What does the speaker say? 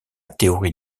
théorie